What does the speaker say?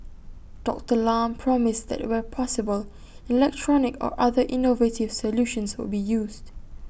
Doctor Lam promised that where possible electronic or other innovative solutions would be used